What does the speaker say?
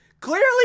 clearly